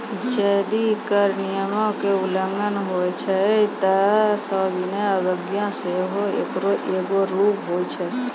जदि कर नियमो के उल्लंघन होय छै त सविनय अवज्ञा सेहो एकरो एगो रूप होय छै